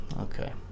Okay